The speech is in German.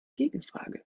gegenfrage